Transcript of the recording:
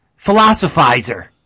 philosophizer